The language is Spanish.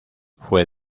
fue